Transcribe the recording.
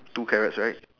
two carrots right